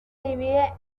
divide